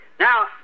Now